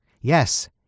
Yes